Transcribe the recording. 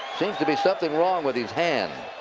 seems to be something wrong with his hand.